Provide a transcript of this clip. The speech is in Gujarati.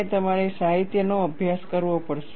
અને તમારે સાહિત્યનો અભ્યાસ કરવો પડશે